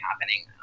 happening